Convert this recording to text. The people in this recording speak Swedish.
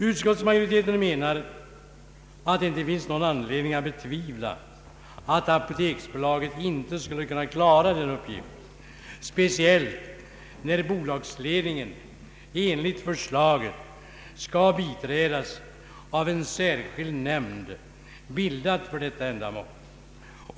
Utskottsmajoriteten anser att det inte finns någon anledning att betvivla att apoteksbolaget klarar den uppgiften, speciellt när bolagsledningen enligt förslaget skall biträdas av en särskild nämnd, bildad för detta ändamål.